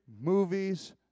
movies